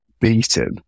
beaten